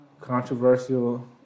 Controversial